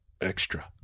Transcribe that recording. extra